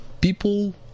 people